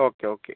okay okay